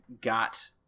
got